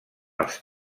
els